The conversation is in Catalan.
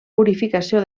purificació